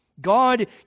God